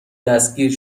دستگیر